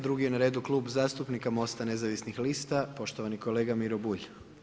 Drugi je na redu Klub zastupnika MOST-a nezavisnih lista poštovani kolega Miro Bulj.